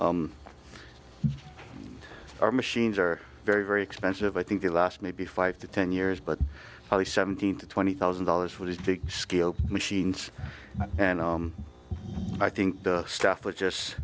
our machines are very very expensive i think the last maybe five to ten years but probably seventeen to twenty thousand dollars which is the scale machines and i think the stuff is just